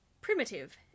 primitive